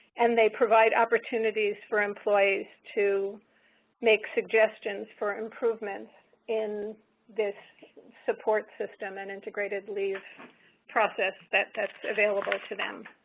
and they provide opportunities for employees to make suggestions for improvement in this support system and integrated leave process that that is available to them.